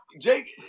Jake